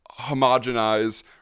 homogenize